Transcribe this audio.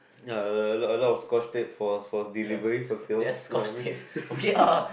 ya a a lot of scotch tape for for delivery for sales you know what I mean